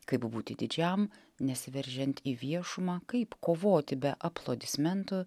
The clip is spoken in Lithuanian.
kaip būti didžiam nesiveržiant į viešumą kaip kovoti be aplodismentų